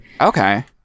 Okay